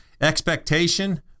expectation